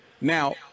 Now